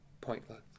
pointless